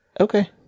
Okay